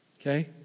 Okay